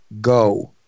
go